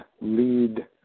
lead